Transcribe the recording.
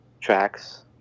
tracks